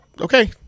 okay